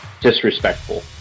disrespectful